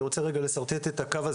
אני רוצה רגע לשרטט את הקו,